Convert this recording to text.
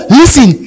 listen